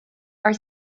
are